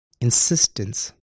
insistence